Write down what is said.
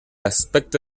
aspecto